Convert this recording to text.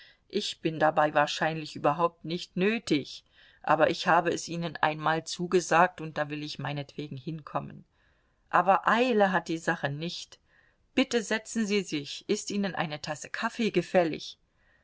ich bin dabei wahrscheinlich überhaupt nicht nötig aber ich habe es ihnen einmal zugesagt und da will ich meinetwegen hinkommen aber eile hat die sache nicht bitte setzen sie sich ist ihnen eine tasse kaffee gefällig